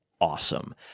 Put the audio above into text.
awesome